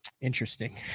Interesting